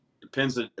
Depends